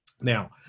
Now